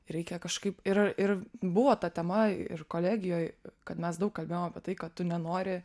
reikia kažkaip ir ir buvo ta tema ir kolegijoj kad mes daug kalbėjom apie tai kad tu nenori